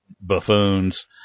buffoons